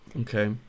Okay